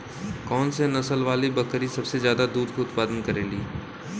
कौन से नसल वाली बकरी सबसे ज्यादा दूध क उतपादन करेली?